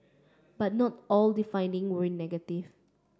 but not all the finding were negative